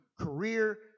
career